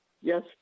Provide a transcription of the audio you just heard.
Yes